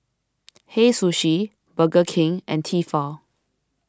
Hei Sushi Burger King and Tefal